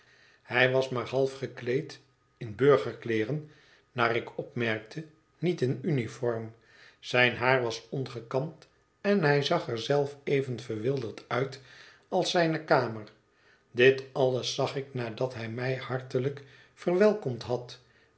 hij was maar half gekleed in burgerkleeren naar ik opmerkte niet in uniform zijn haar was ongekamd en hij zag er zelf even verwilderd uit als zijne kamer dit alles zag ik nadat hij mij hartelijk verwelkomd had